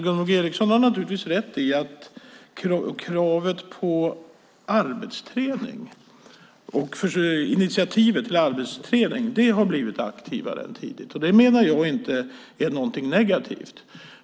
Gunvor G Ericson har naturligtvis rätt i att initiativet till krav på arbetsträning har blivit mer aktivt än tidigare. Jag menar att det inte är någonting negativt.